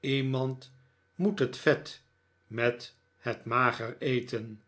iemand moet het vet met het mager eten